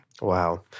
Wow